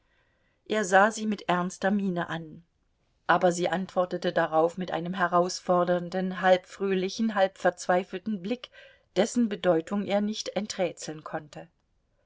er sah sie mit ernster miene an aber sie antwortete darauf mit einem herausfordernden halb fröhlichen halb verzweifelten blick dessen bedeutung er nicht enträtseln konnte